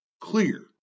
Clear